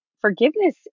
forgiveness